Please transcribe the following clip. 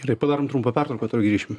gerai padarom trumpą pertrauką tuoj grįšim